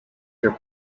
your